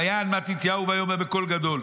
"ויען מתתיהו ויאמר בקול גדול",